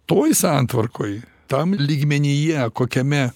toj santvarkoj tam lygmenyje kokiame